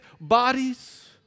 bodies